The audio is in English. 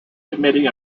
committee